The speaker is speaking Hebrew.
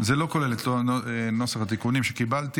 זה לא כולל את נוסח התיקונים שקיבלתי,